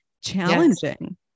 challenging